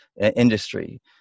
industry